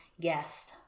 guest